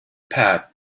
path